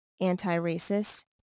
anti-racist